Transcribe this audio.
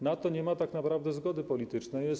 Na to nie ma tak naprawdę zgody politycznej.